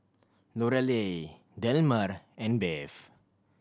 Lorelei Delmer and Bev